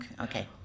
Okay